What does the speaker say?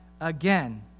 again